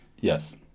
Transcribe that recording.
Yes